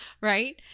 right